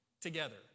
together